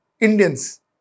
Indians